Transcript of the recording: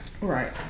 Right